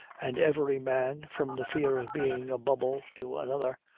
and every man, from the fear of being a bubble to another,